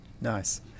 Nice